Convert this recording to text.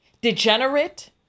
Degenerate